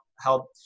help